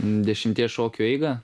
dešimties šokių eigą